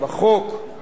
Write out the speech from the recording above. אני מזדהה אתן: